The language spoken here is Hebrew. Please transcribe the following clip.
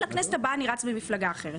לכנסת אני רץ במפלגה אחרת.